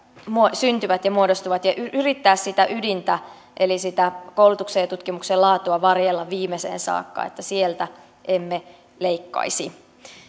syntyvät ja muodostuvat ja yrittää sitä ydintä eli sitä koulutuksen ja tutkimuksen laatua varjella viimeiseen saakka että sieltä emme leikkaisi